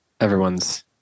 everyone's